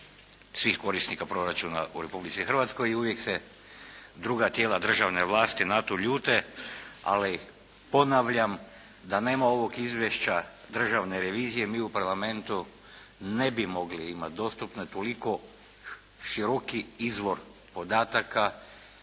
svih korisnika proračuna u Republici Hrvatskoj i uvijek se druga tijela državne vlasti na to ljute, ali ponavljam da nema ovog izvješća Državne revizije mi u Parlamentu ne bi mogli imati dostupne toliko široki izvor podataka